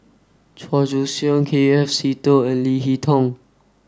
Chua Joon Siang K F Seetoh and Lee Hee Tong